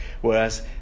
whereas